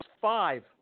five